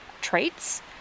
traits